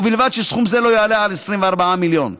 ובלבד שסכום זה לא יעלה על 24 מיליון ש"ח.